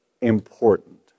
important